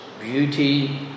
beauty